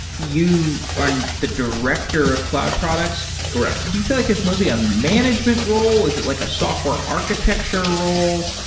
you are the director of cloud products. correct. do you feel like it's mostly a management role? is it like a software architectural role?